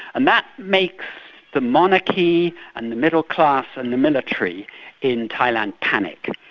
and that makes the monarchy and the middle class and the military in thailand panic.